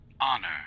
honor